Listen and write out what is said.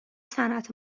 صنعت